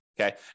Okay